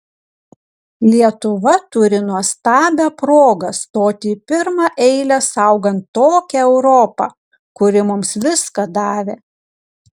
lietuva turi nuostabią progą stoti į pirmą eilę saugant tokią europą kuri mums viską davė